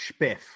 spiff